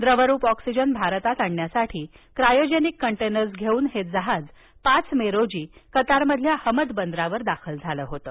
द्रवरूप ऑक्सीजन भारतात आणण्यासाठी क्रायोजेनिक कंटेनर्स घेऊन हे जहाज पाच मे रोजी कतारमधल्या हमद बंदरावर दाखल झालं होतं